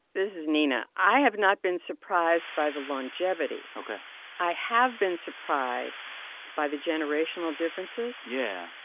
this is nina. i have not been surprised by the longevity ok i have been surprised by the generational differences. yeah.